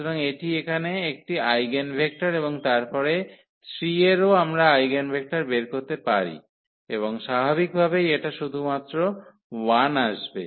সুতরাং এটি এখানে একটি আইগেনভেক্টর এবং তারপরে 3 এরও আমরা আইগেনভেক্টর বের করতে পারি এবং স্বাভাবিকভাবেই এটা শুধুমাত্র 1 আসবে